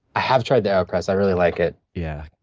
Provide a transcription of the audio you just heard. i have tried the aeropress. i really like it. yeah,